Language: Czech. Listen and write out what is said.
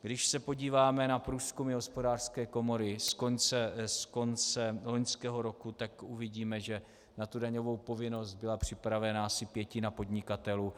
Když se podíváme na průzkumy Hospodářské komory z konce loňského roku, tak uvidíme, že na daňovou povinnost byla připravena asi pětina podnikatelů.